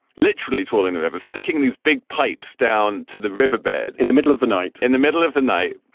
literally trolling whoever's sticking these big pipes down to the riverbed in the middle of the night, in the middle of the night,